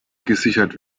gesichert